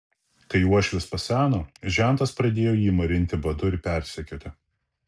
kai uošvis paseno žentas pradėjo jį marinti badu ir persekioti